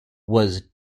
was